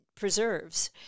preserves